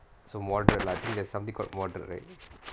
so moderate lah think there's something called moderate right